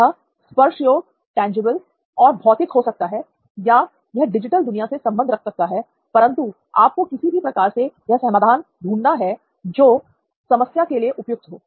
यह स्पर्शयोग्य और भौतिक हो सकता है या यह डिजिटल दुनिया से संबंध रख सकता है परंतु आपको किसी भी प्रकार से वह समाधान ढूंढना है जो समस्या के लिए उपयुक्त हो